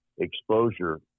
exposure